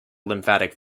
lymphatic